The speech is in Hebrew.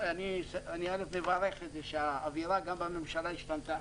א', אני מברך על זה שהאווירה גם בממשלה השתנתה.